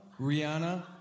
Rihanna